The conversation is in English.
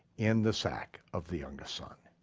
in the sack of the youngest son.